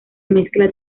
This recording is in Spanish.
mezcla